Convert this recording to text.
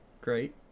great